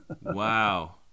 Wow